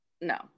No